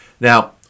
Now